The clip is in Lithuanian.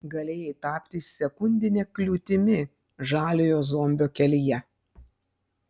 galėjai tapti sekundine kliūtimi žaliojo zombio kelyje